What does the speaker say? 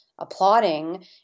applauding